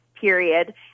period